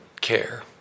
care